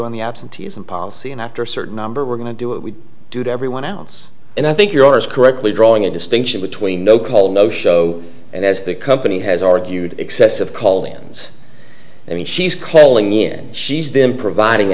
on the absenteeism policy and after a certain number we're going to do what we do to everyone else and i think you're as correctly drawing a distinction between no call no show and as the company has argued excessive call the ins i mean she's calling in she's been providing